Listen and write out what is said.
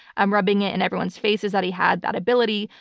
i'm rubbing it in everyone's faces that he had that ability,